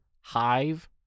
Hive